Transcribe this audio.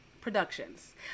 Productions